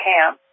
Camp